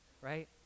right